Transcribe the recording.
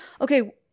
okay